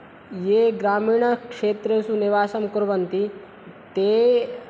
ये ग्रामीणक्षेत्रेषु निवासं कुर्वन्ति ते